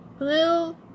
Blue